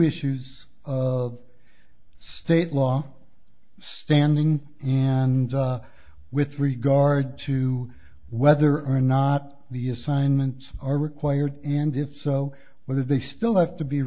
issues of state law standing and with regard to whether or not the assignments are required ended so whether they still have to be